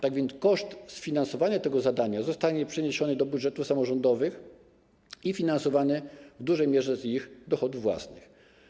Tak więc koszt sfinansowania tego zadania zostanie przeniesiony do budżetów samorządowych i będzie to sfinansowane w dużej mierze z ich dochodów własnych.